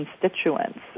constituents